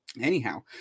Anyhow